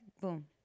boom